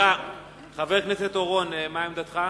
חבר הכנסת אורון, מה עמדתך?